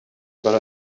баран